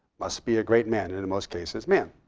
must be a great man, and in most cases men.